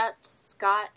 Scott